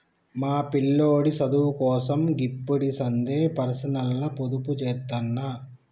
మా పిల్లోడి సదువుకోసం గిప్పడిసందే పర్సనల్గ పొదుపుజేత్తన్న